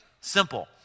simple